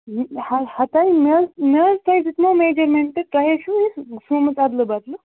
ہتاے مےٚ حظ مےٚ حظ تۄہہِ دیُتمو میجرمیٚنٛٹ تۄہہِ حظ چھُو یہِ سومٕژ اَدلہٕ بدلہٕ